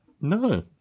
No